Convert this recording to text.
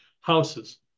houses